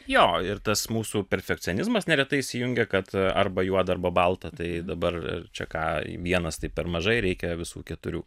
jo ir tas mūsų perfekcionizmas neretai įsijungia kad arba juoda arba balta tai dabar čia ką vienas tai per mažai reikia visų keturių